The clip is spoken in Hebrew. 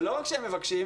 ולא רק שהם מבקשים,